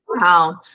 Wow